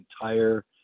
entire